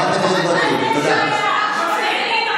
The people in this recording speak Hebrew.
שעה היא,